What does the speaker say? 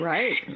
Right